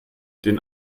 den